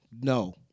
no